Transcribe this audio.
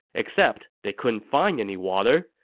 except they couldn't find any water,